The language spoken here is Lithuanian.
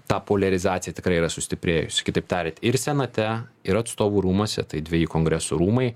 ta poliarizacija tikrai yra sustiprėjusi kitaip tariant ir senate ir atstovų rūmuose tai dveji kongreso rūmai